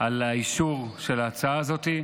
על אישור ההצעה הזאת.